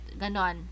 ganon